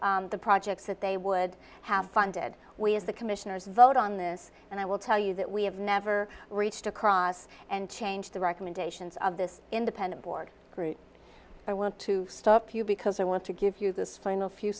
the projects that they would have funded we as the commissioners vote on this and i will tell you that we have never reached across and change the recommendations of this independent board group i want to stop you because i want to give you this final few